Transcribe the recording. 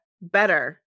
better